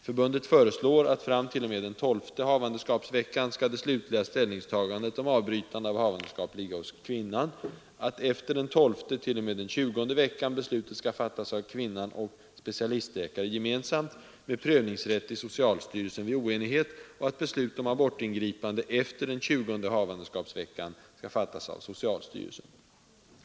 Förbundet föreslår att fram t.o.m. den tolfte havandeskapsveckan det slutliga ställningstagandet om avbrytande av havandeskap skall ligga hos kvinnan, att efter den tolfte och t.o.m. den tjugonde veckan beslutet skall fattas av kvinnan och specialistläkare gemensamt, med prövningsrätt i socialstyrelsen vid oenighet, och att beslut om abortingripande efter den tjugonde havandeskapsveckan fattas av socialstyrelsen.